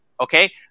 okay